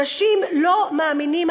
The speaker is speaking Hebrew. אנשים לא מאמינים.